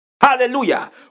Hallelujah